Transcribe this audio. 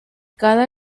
cada